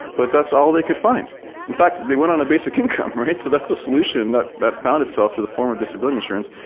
but that's all they could find in fact, they went on a basic income, right? so that's a solution that that found itself to the form of disability insurance.